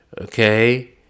Okay